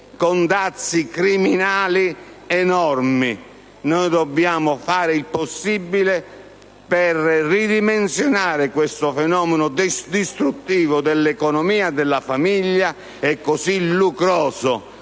con dazi criminali enormi. Dobbiamo fare il possibile per ridimensionare questo fenomeno distruttivo dell'economia della famiglia e così lucroso.